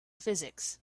physics